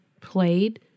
played